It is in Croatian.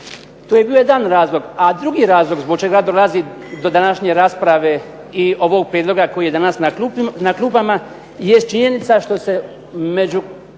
To je bio jedan razlog. A drugi razlog zbog čega dolazi do današnje rasprave i ovog prijedloga koji je danas na klupama jest činjenica što se među